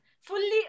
fully